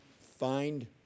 Find